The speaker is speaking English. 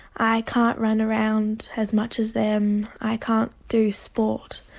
i can't run around as much as them, i can't do sport.